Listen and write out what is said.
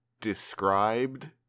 described